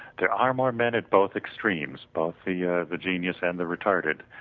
there are more men at both extremes, both the yeah the genius and the retarded.